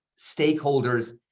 stakeholders